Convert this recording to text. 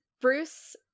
bruce